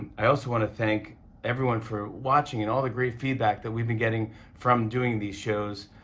i also want to thank everyone for watching and all the great feedback that we've been getting from doing these shows.